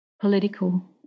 political